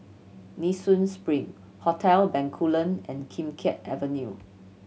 Nee Soon Spring Hotel Bencoolen and Kim Keat Avenue